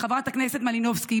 חברת הכנסת מלינובסקי,